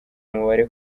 umubare